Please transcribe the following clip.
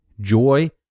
joy